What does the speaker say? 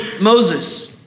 Moses